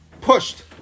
pushed